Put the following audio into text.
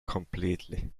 completely